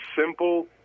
simple